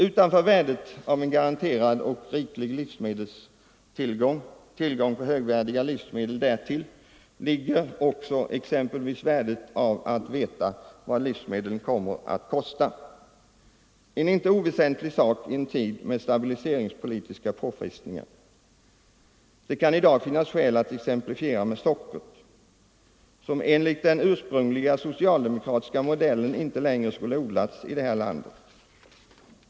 Utanför värdet av en garanterad och riklig livsmedelstillgång, tillgång till högvärdiga livsmedel därtill, ligger också exempelvis värdet av att veta vad livsmedlen kommer att kosta; en inte oväsentlig sak i en tid med stabiliseringspolitiska påfrestningar. Det kan i dag finnas skäl att exemplifiera med sockret, som enligt den ursprungliga socialdemokratiska modellen inte längre skulle odlas i landet.